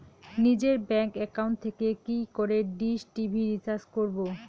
নিজের bank account থেকে কি করে ডিশ টি.ভি রিচার্জ করবো?